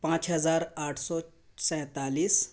پانچ ہزار آٹھ سو سینتالیس